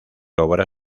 obra